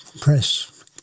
press